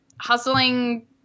hustling